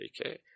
Okay